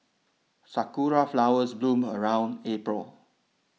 sakura flowers bloom around April